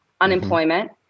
unemployment